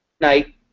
night